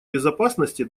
безопасности